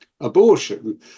Abortion